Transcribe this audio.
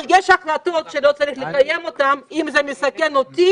יש החלטות שלא צריך לקיים אותן אם הן מסכנות אותי,